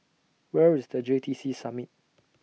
Where IS The J T C Summit